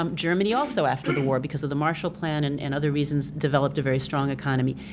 um germany also, after the war because of the marshall plan and and other reasons developed a very strong economy.